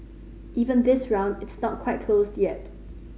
even this round it's not quite closed yet